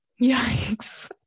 Yikes